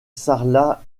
sarlat